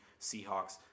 Seahawks